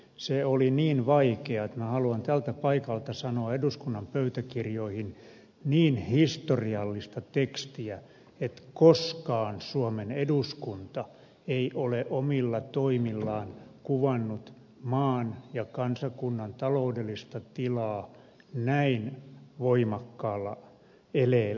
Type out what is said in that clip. se oli niin vaikea että minä haluan tältä paikalta sanoa eduskunnan pöytäkirjoihin niin historiallista tekstiä että koskaan suomen eduskunta ei ole omilla toimillaan kuvannut maan ja kansakunnan taloudellista tilaa näin voimakkaalla eleellä